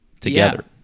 together